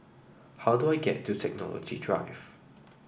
how do I get to Technology Drive